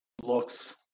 looks